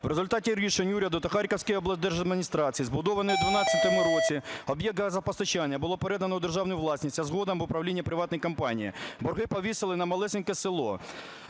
В результаті рішень уряду та Харківської облдержадміністрації збудований в 12-му році об'єкт газопостачання було передано в державну власність, а згодом в управління приватної компанії. Борги повісили на малесеньке село.